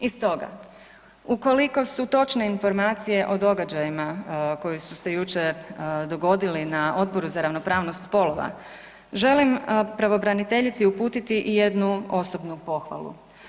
I stoga, ukoliko su točne informacije o događajima koji su se jučer dogodili na Odboru za ravnopravnost spolova, želim pravobraniteljici uputiti i jednu osobnu pohvalu.